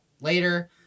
later